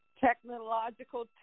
technological